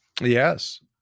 yes